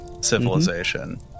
civilization